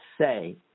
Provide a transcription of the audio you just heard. say